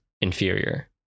inferior